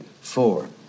four